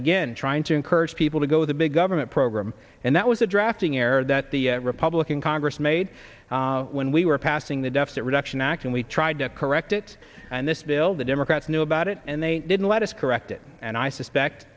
again trying to encourage people to go the big government program and that was a drafting error that the republican congress made when we were passing the deficit reduction act and we tried to correct it and this bill the democrats knew about it and they didn't let us correct it and i suspect